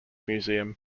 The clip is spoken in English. museum